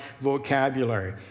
vocabulary